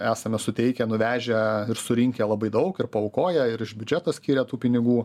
esame suteikę nuvežę ir surinkę labai daug ir paaukoję ir iš biudžeto skyrę tų pinigų